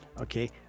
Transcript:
okay